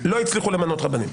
ולא הצליחו למנות רבנים.